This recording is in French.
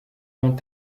bons